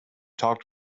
talked